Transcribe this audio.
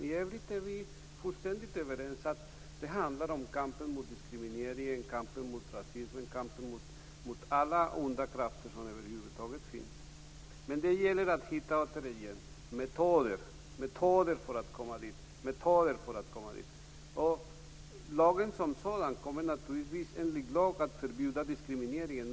I övrigt är vi fullständigt överens. Det handlar om kampen mot diskriminering, kampen mot rasism och mot alla onda krafter som över huvud taget finns. Men det gäller återigen att hitta metoder för att komma dit. Lagen som sådan kommer naturligtvis att förbjuda diskrimineringen.